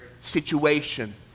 situation